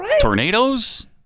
tornadoes